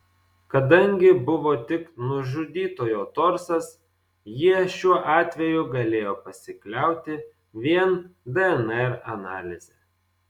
kadangi buvo tik nužudytojo torsas jie šiuo atveju galėjo pasikliauti vien dnr analize